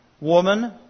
woman